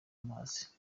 amazi